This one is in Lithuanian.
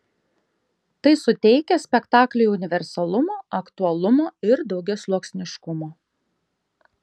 tai suteikia spektakliui universalumo aktualumo ir daugiasluoksniškumo